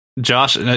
josh